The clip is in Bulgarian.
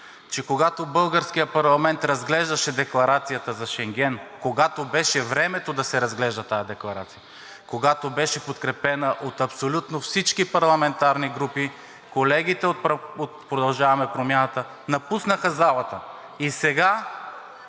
че когато българският парламент разглеждаше декларацията за Шенген, когато беше времето да се разглежда тази декларация, когато беше подкрепена от абсолютно всички парламентарни групи, колегите от „Продължаваме Промяната“ напуснаха залата. И сега